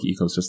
ecosystem